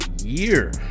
year